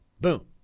Boom